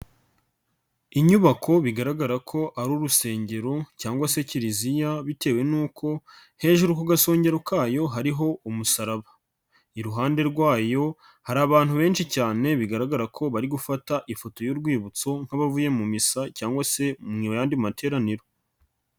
Inyubako bigaragara ko ari urusengero cyangwa se kiliziya bitewe n'uko hejuru ku gasongero kayo hariho umusaraba, iruhande rwayo hari abantu benshi cyane bigaragara ko bari gufata ifoto y'urwibutso nk'abavuye mu misa cyangwa se mu yandi materaniro.